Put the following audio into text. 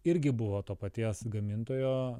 irgi buvo to paties gamintojo